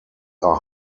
are